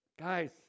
Guys